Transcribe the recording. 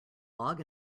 log